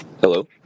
Hello